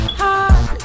heart